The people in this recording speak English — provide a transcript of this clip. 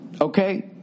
okay